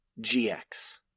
GX